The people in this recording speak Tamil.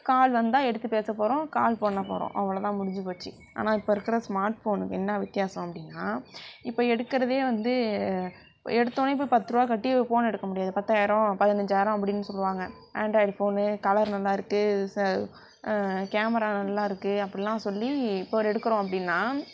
கால் வந்தால் எடுத்து பேச போகிறோம் கால் பண்ண போகிறோம் அவ்வளோ தான் முடிஞ்சு போயிடுச்சி ஆனால் இப்போ இருக்கிற ஸ்மார்ட் ஃபோனுக்கு என்ன வித்யாசம் அப்படின்னா இப்போ எடுக்கிறதே வந்து எடுத்தோன்னே இப்போ பத்துருவா கட்டி ஃபோன் எடுக்க முடியாது பத்தாயிரம் பதினஞ்சாயிரோம் அப்டின்னு சொல்வாங்க ஆண்ட்ராய்டு ஃபோனு கலர் நல்லாயிருக்கு கேமரா நல்லாயிருக்கு அப்படிலாம் சொல்லி இப்போ ஒரு எடுக்கிறோம் அப்படின்னா